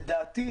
לדעתי,